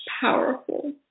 powerful